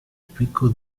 spicco